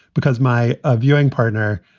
because my ah viewing partner,